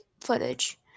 footage